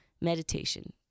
meditation